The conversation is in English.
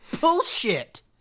Bullshit